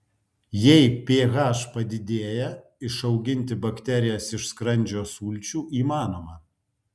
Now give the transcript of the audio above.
jei ph padidėja išauginti bakterijas iš skrandžio sulčių įmanoma